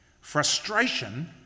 Frustration